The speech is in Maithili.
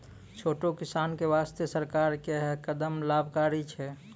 छोटो किसान के वास्तॅ सरकार के है कदम लाभकारी छै